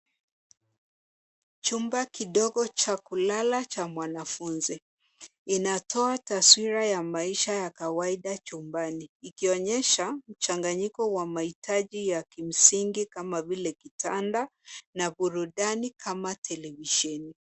Chumba kidogo cha kulala cha mwanafunzi. Inatoa taswira ya maisha ya kawaida chumbani, ikionyesha mchanganyiko wa mahitaji ya kimsingi, kama vile, kitanda na burudani kama televisheni.